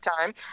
time